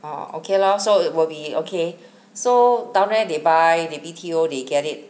orh okay lor so it will be okay so down there they buy they B_T_O they get it